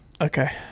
Okay